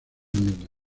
nudo